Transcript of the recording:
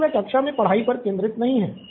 लेकिन वह कक्षा मे पढ़ाई पर केंद्रित नहीं है